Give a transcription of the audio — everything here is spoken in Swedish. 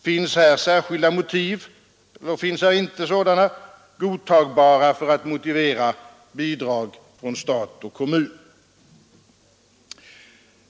Finns här särskilda motiv eller finns det inte sådana, godtagbara för att motivera bidrag från stat och kommun?